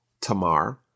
Tamar